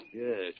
Yes